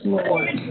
Lord